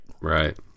Right